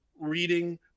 reading